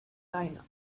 lineup